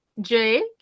Jake